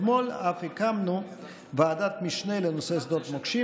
אתמול אף הקמנו ועדת משנה לנושא שדות המוקשים